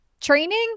training